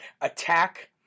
attack